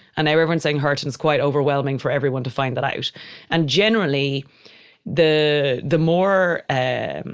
and everyone saying hurt and it's quite overwhelming for everyone to find that out. and generally the, the more, ah